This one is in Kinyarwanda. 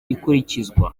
ikurikizwa